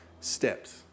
steps